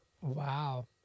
Wow